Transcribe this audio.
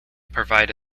provide